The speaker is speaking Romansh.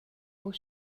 buca